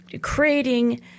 creating